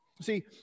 See